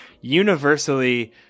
universally